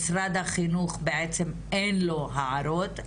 משרד החינוך בעצם אין לו הערות.